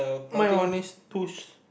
mine only s~ two s~